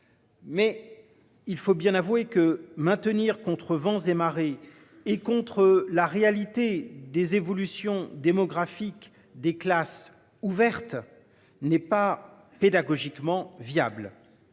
Mais. Il faut bien avouer que maintenir contre vents et marées et contre la réalité des évolutions démographiques des classes ouvertes. N'est pas pédagogiquement viable.